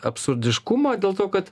absurdiškumą dėl to kad